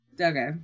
Okay